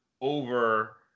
over